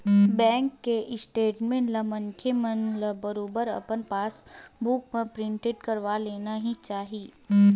bank के statement ला मनखे मन ल बरोबर अपन पास बुक म प्रिंट करवा लेना ही चाही